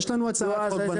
יש לנו הצעת חוק בנושא.